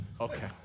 Okay